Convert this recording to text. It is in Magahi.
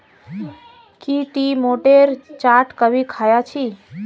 की टी मोठेर चाट कभी ख़या छि